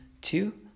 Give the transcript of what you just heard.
two